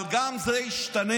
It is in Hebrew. אבל גם זה ישתנה.